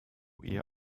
hear